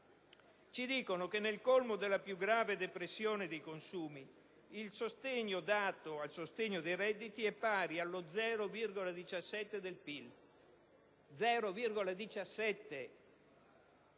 dicono che, al colmo della più grave depressione dei consumi, il sostegno dato ai redditi è pari allo 0,17 del PIL.